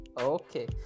okay